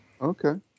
Okay